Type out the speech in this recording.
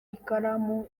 ikaramu